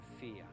fear